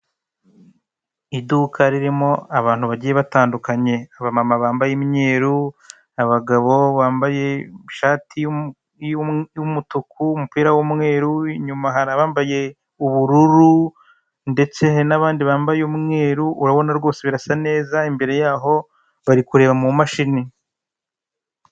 Moto ebyiri ziri mu muhanda zihetse abagenzi iy'inyuma itwaye umugabo ufite igikarito mu ntoki. Iy'imbere ifite utwaye igikapu mu mugongo ku ruhande yateye ubusitani n'imikindo.